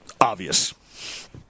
obvious